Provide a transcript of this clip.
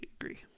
agree